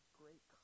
great